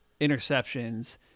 interceptions